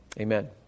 Amen